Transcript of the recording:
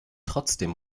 trotzdem